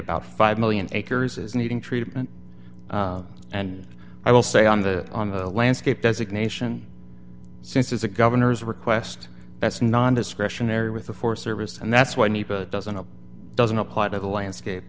about five million acres is needing treatment and i will say on the on the landscape designation since it's a governor's request that's non discretionary with the forest service and that's why he doesn't it doesn't apply to the landscape